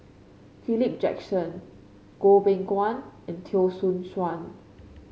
Philip Jackson Goh Beng Kwan and Teo Soon Chuan